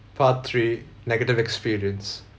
part three negative experience